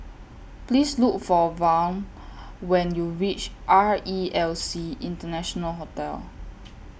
Please Look For Vaughn when YOU REACH R E L C International Hotel